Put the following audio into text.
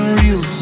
real